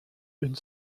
une